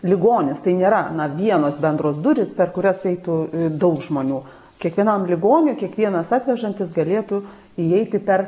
ligonis tai nėra na vienos bendros durys per kurias eitų daug žmonių kiekvienam ligoniui kiekvienas atvežantis galėtų įeiti per